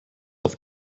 auf